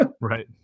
Right